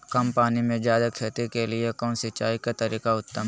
कम पानी में जयादे खेती के लिए कौन सिंचाई के तरीका उत्तम है?